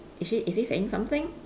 is she is he saying something